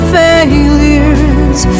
failures